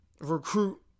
recruit